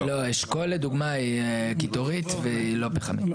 לא, אשכול לדוגמה היא קיטורית, והיא לא פחמית.